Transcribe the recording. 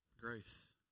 Grace